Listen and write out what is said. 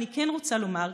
אני רוצה לומר,